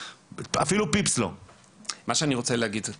מה שאני רוצה להגיד זה ככה,